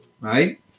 right